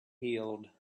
healed